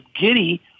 giddy